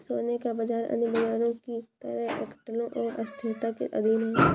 सोने का बाजार अन्य बाजारों की तरह अटकलों और अस्थिरता के अधीन है